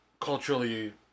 culturally